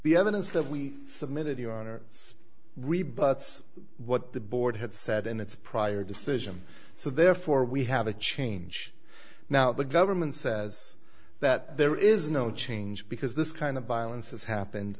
the evidence that we submitted this rebuts what the board had said in its prior decision so therefore we have a change now the government says that there is no change because this kind of violence has happened